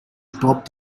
top